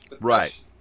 Right